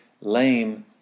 lame